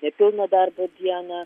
nepilną darbo dieną